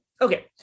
Okay